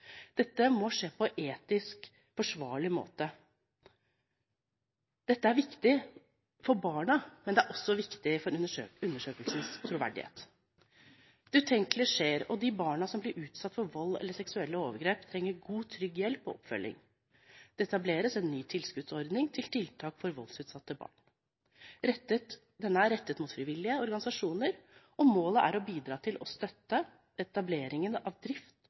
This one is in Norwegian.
Dette er viktig for barna, men det er også viktig for undersøkelsens troverdighet. Det utenkelige skjer, og de barna som blir utsatt for vold eller seksuelle overgrep, trenger god, trygg hjelp og oppfølging. Det etableres en ny tilskuddsordning til tiltak for voldsutsatte barn. Den er rettet mot frivillige organisasjoner, og målet er å bidra til å støtte etablering og drift av